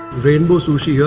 rainbow sushi here.